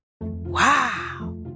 Wow